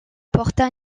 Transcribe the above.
porta